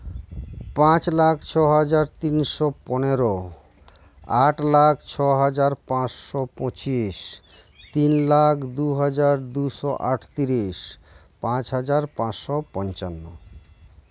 ᱯᱟᱸᱪ ᱞᱟᱠᱷ ᱪᱷᱚᱦᱟᱡᱟᱨ ᱛᱤᱱᱥᱚ ᱯᱚᱱᱮᱨᱚ ᱟᱴ ᱞᱟᱠᱷ ᱪᱷᱚ ᱦᱟᱡᱟᱨ ᱯᱟᱸᱪᱥᱚ ᱯᱚᱪᱤᱥ ᱛᱤᱱ ᱞᱟᱠᱷ ᱫᱩ ᱦᱟᱡᱟᱨ ᱫᱩ ᱥᱚ ᱟᱴᱛᱨᱤᱥ ᱯᱟᱸᱪ ᱦᱟᱡᱟᱨ ᱯᱟᱸᱪᱥᱚ ᱯᱚᱧᱪᱟᱱᱱᱚ